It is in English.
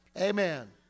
amen